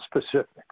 specifics